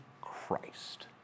Christ